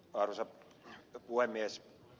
arvoisa puhemies